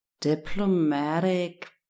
diplomatic